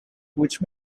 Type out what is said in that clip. which